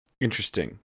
Interesting